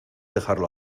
dejarlo